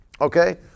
Okay